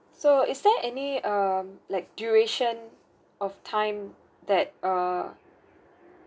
so is there any um like duration of time that err